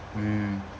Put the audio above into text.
mm